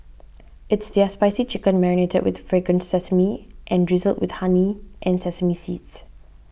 it's their spicy chicken marinated with fragrant sesame and drizzled with honey and sesame seeds